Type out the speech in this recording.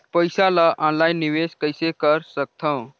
पईसा ल ऑनलाइन निवेश कइसे कर सकथव?